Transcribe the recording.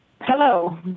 Hello